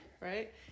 Right